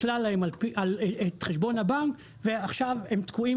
עיקלה להם את חשבון הבנק ועכשיו הם תקועים,